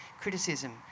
criticism